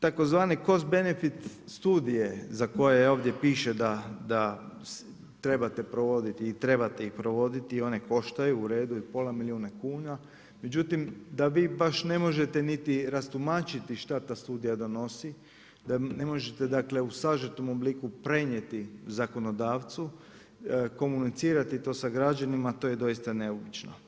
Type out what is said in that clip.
Tzv. cost benefit studije za koje ovdje piše da trebate provoditi i trebate ih provoditi i one koštaju uredu pola milijuna kuna, međutim, da vi baš ne možete niti rastumačiti šta ta studija donosi, da ne možete dakle u sažetom obliku prenijeti zakonodavcu, komunicirati to sa građanima to je doista neobično.